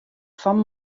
fan